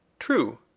true.